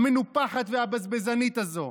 המנופחת והבזבזנית הזו.